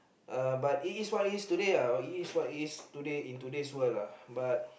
uh but it is what it is today uh but it is what it is today in today world lah but